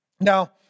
Now